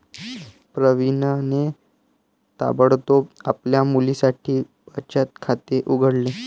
प्रवीणने ताबडतोब आपल्या मुलीसाठी बचत खाते उघडले